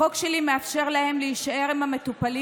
החוק שלי מאפשר להם להישאר עם המטופלים